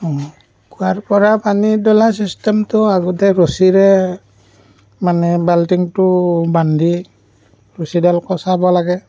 কুঁৱাৰ পৰা পানী তোলা ছিছেষ্টমটো আগতে ৰছীৰে মানে বাল্টিংটো বান্ধি ৰছীডাল কচাব লাগে